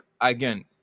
again